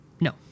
No